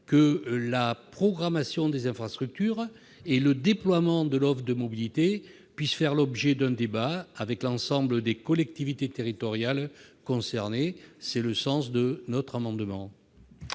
que la programmation des infrastructures et le déploiement de l'offre de mobilité puissent faire l'objet d'un débat avec l'ensemble des collectivités territoriales concernées. Tel est le sens de cet amendement.